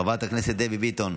חברת הכנסת דבי ביטון,